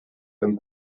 and